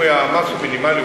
המס הוא מינימלי,